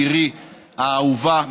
עירי האהובה.